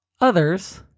others